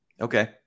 Okay